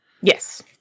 yes